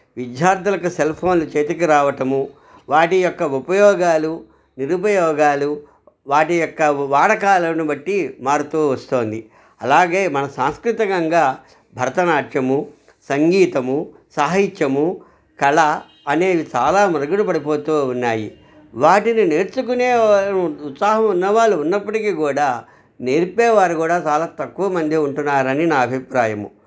విద్యార్థులకు సెల్ఫోన్లు చేతికి రావటము వాటి యొక్క ఉపయోగాలు నిరుపయోగాలు వాటి యొక్క వాడకాలను బట్టి మారుతూ వస్తోంది అలాగే మన సాంస్కృతికంగా భరతనాట్యము సంగీతము సాహిత్యము కళ అనేవి చాలా మరుగుడు పడిపోతూ ఉన్నాయి వాటిని నేర్చుకునే ఉత్సాహం ఉన్నవాళ్ళు ఉన్నప్పటికీ గూడా నేర్పేవారు గూడా చాలా తక్కువ మందే ఉంటున్నారని నా అభిప్రాయము